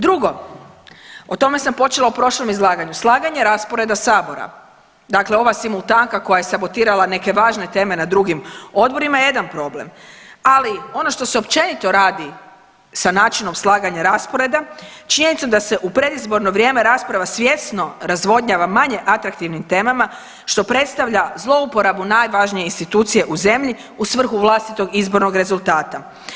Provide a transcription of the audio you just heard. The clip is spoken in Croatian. Drugo, o tome sam počela u prošlom izlaganju, slaganje rasporeda sabora, dakle ova simultanka koja je sabotirala neke važne teme na drugim odborima je jedan problem, ali ono što se općenito radi sa načinom slaganja rasporeda, činjenicom da se u predizborno vrijeme rasprava svjesno razvodnjava manje atraktivnim temama što predstavlja zlouporabu najvažnije institucije u zemlji u svrhu vlastitog izbornog rezultata.